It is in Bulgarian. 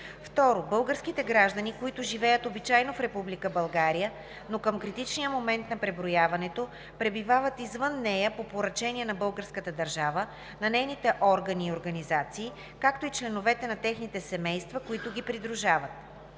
2. българските граждани, които живеят обичайно в Република България, но към критичния момент на преброяването пребивават извън нея по поръчение на българската държава, на нейните органи и организации, както и членовете на техните семейства, които ги придружават;